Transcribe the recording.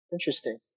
Interesting